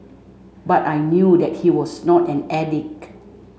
but I knew that he was not an addict